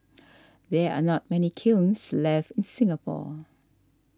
there are not many kilns left in Singapore